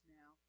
now